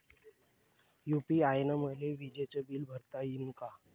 UPI न मले विजेचं बिल भरता यीन का?